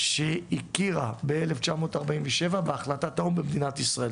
שהכירה ב 1947 בהחלטת האו"ם במדינת ישראל,